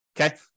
Okay